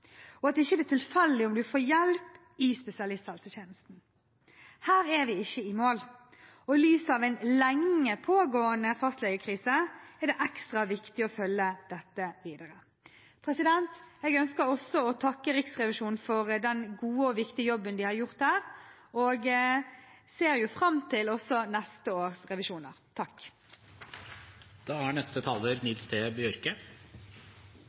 og at det ikke er tilfeldig om man får hjelp i spesialisthelsetjenesten. Her er vi ikke i mål, og i lys av en lenge pågående fastlegekrise er det ekstra viktig å følge dette videre. Jeg ønsker også å takke Riksrevisjonen for den gode og viktige jobben de har gjort her, og jeg ser fram til også neste års revisjoner.